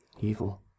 Evil